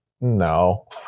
no